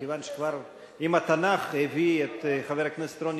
מכיוון שאם התנ"ך כבר הביא את חבר הכנסת רוני